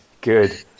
good